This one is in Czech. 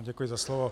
Děkuji za slovo.